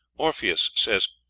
orpheus says,